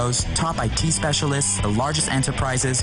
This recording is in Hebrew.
הלכתי אחריהם,